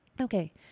Okay